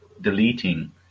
deleting